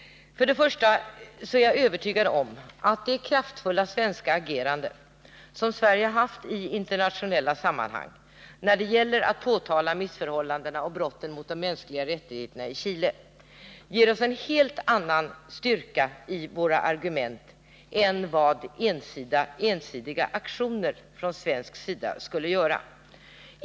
Jag är övertygad om att det kraftfulla agerande som Sverige har visat i internationella sammanhang, när det gäller att påtala missförhållandena och brotten mot de mänskliga rättigheterna i Chile, ger oss en helt annan styrka i våra argument än vad ensidiga aktioner från svensk sida skulle innebära.